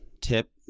tip